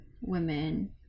women